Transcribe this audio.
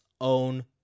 own